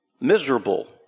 Miserable